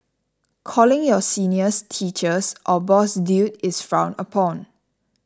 calling your seniors teachers or boss dude is frowned upon